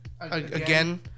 again